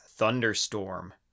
thunderstorm